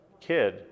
kid